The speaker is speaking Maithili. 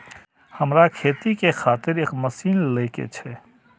हमरा खेती के खातिर एक मशीन ले के छे?